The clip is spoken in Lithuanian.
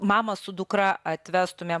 mamą su dukra atvestumėm